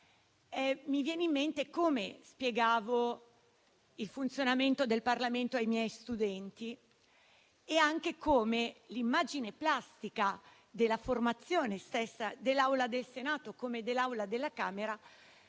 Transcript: mi viene in mente come spiegavo il funzionamento del Parlamento ai miei studenti e come l'immagine plastica della formazione dell'Aula del Senato, come dell'Aula della Camera,